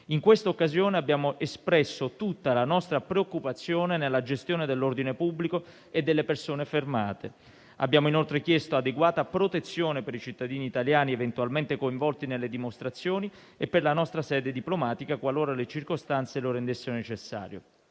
In questa occasione abbiamo espresso tutta la nostra preoccupazione per la gestione dell'ordine pubblico e delle persone fermate. Abbiamo inoltre chiesto adeguata protezione per i cittadini italiani eventualmente coinvolti nelle dimostrazioni e per la nostra sede diplomatica, qualora le circostanze lo rendessero necessario.